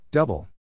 Double